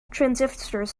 transistors